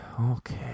okay